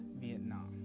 Vietnam